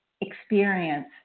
experience